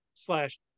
Slash